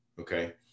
okay